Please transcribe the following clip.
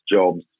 jobs